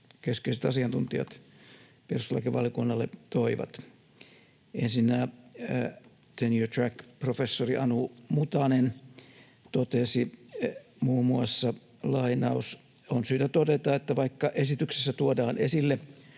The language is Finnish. keskeiset asiantuntijat perustuslakivaliokunnalle toivat. Ensinnä tenure track ‑professori Anu Mutanen totesi muun muassa: ”On syytä todeta, että vaikka esityksessä tuodaan esille